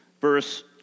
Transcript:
verse